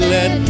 Let